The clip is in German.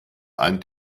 ein